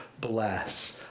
bless